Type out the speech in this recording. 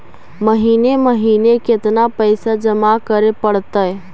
महिने महिने केतना पैसा जमा करे पड़तै?